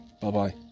Bye-bye